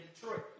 Detroit